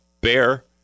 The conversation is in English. bear